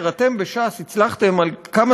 אנחנו שותפים במאבק הזה.